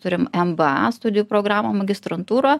turim mba studijų programo magistrantūro